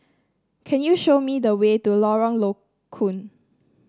can you show me the way to Lorong Low Koon